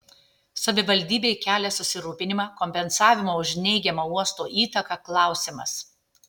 savivaldybei kelia susirūpinimą kompensavimo už neigiamą uosto įtaką klausimas